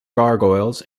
gargoyles